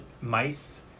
mice